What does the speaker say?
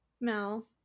Mal